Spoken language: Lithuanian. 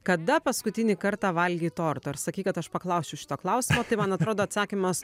kada paskutinį kartą valgei tortą ir sakei kad aš paklausčiau šito klausimo tai man atrodo atsakymas